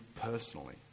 personally